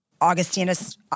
Augustinus